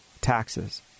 Taxes